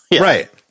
Right